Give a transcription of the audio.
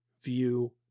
view